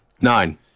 Nine